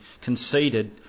conceded